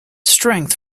strength